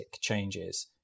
changes